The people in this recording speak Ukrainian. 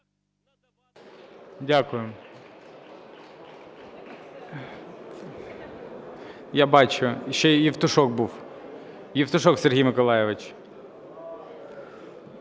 Дякую. Я бачу. Ще і Євтушок був. Євтушок Сергій Миколайович.